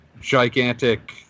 gigantic